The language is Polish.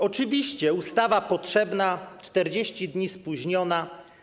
Oczywiście ustawa potrzebna, 40 dni spóźniona.